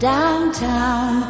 Downtown